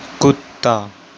ਕੁੱਤਾ